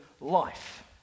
life